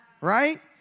right